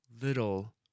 little